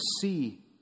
see